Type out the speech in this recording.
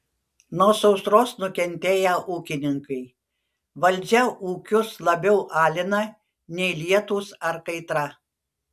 nuo sausros nukentėję ūkininkai valdžia ūkius labiau alina nei lietūs ar kaitra